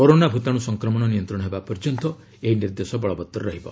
corona ଭୂତାଣୁ ସଂକ୍ରମଣ ନିୟନ୍ତ୍ରଣ ହେବା ପର୍ଯ୍ୟନ୍ତ ଏହି ନିର୍ଦ୍ଦେଶ ବଳବତ୍ତର ରହିବ